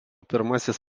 pirmasis